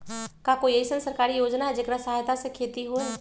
का कोई अईसन सरकारी योजना है जेकरा सहायता से खेती होय?